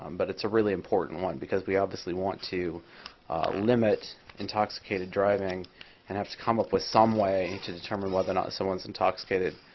um but a really important one, because we obviously want to limit intoxicated driving and have to come up with some way to determine whether or not someone is intoxicated